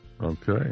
Okay